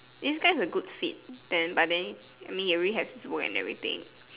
this guy's a good seed then but then I mean he already have his work and everything